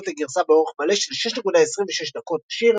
את הגרסה באורך מלא של 626 דקות לשיר,